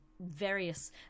various